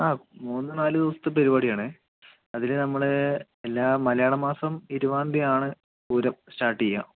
ആ മൂന്ന് നാല് ദിവസത്തെ പരിപാടി ആണ് അതിൽ നമ്മളെ എല്ലാ മലയാള മാസം ഇരുപതാം തീയ്യതി ആണ് പൂരം സ്റ്റാർട്ട് ചെയ്യുക